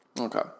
Okay